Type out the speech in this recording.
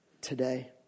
today